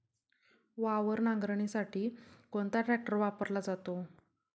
वावर नांगरणीसाठी कोणता ट्रॅक्टर वापरला जातो?